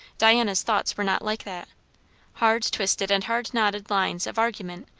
diana's thoughts were not like that hard-twisted and hard-knotted lines of argument,